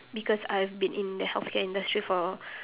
because I been in the healthcare industry for